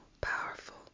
powerful